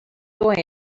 joy